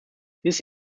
this